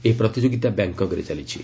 ଏହି ପ୍ରତିଯୋଗୀତା ବ୍ୟାଙ୍ଗକକ୍ରେ ଚାଲିଛି